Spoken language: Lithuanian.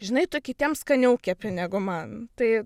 žinai tu kitiems skaniau kepti negu man tai